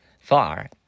far